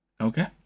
Okay